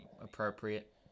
appropriate